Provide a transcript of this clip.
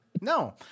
No